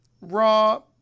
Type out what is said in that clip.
Raw